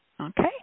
Okay